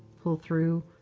pull through,